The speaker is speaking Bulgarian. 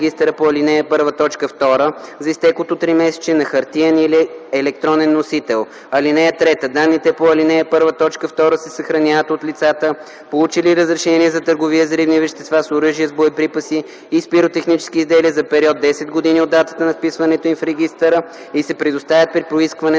регистъра по ал. 1, т. 2 за изтеклото тримесечие на хартиен или електронен носител. (3) Данните по ал. 1, т. 2 се съхраняват от лицата, получили разрешение за търговия с взривни вещества, с оръжия, с боеприпаси и с пиротехнически изделия, за период 10 години от датата на вписването им в регистъра и се предоставят при поискване на